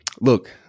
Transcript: Look